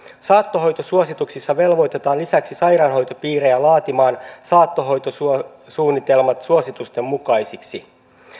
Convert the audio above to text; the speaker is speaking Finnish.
saattohoitosuosituksissa velvoitetaan lisäksi sairaanhoitopiirejä laatimaan saattohoitosuunnitelmat suositusten mukaisiksi